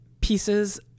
pieces